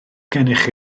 gennych